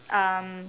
um